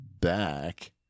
back